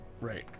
Right